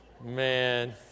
Man